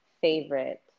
favorite